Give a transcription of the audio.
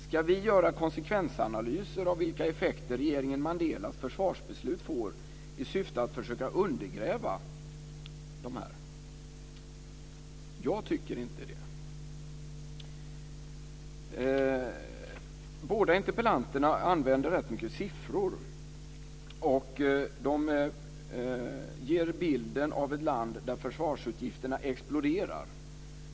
Ska vi göra konsekvensanalyser av vilka effekter regeringens Mandelas försvarsbeslut får i syfte att försöka undergräva dem? Jag tycker inte det. Båda interpellanterna använder rätt mycket siffror och ger bilden av ett land där försvarsutgifterna exploderar.